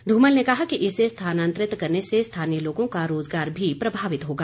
धूमल ने कहा कि इसे स्थानांतरित करने से स्थानीय लोगों का रोजगार भी प्रभावित होगा